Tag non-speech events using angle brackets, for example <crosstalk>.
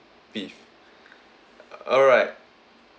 beef <breath> all right